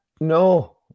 No